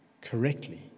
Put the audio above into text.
correctly